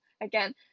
Again